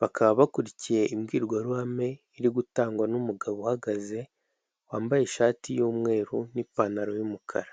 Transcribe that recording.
bakaba bakurikiye imbwirwaruhame iri gutangwa n'umugabo uhagaze wambaye ishati y'umweru n'ipantaro y'umukara.